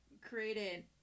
created